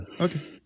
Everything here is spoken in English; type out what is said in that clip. Okay